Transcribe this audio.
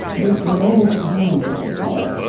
this noble silence, as they call it,